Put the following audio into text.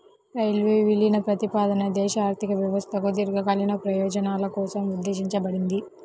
railway విలీన ప్రతిపాదన దేశ ఆర్థిక వ్యవస్థకు దీర్ఘకాలిక ప్రయోజనాల కోసం ఉద్దేశించబడింది